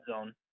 zone